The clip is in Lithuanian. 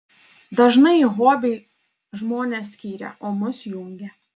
dažnai hobiai žmones skiria o mus jungia